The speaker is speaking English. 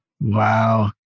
Wow